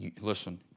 Listen